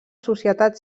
societat